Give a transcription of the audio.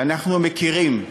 אנחנו מכירים,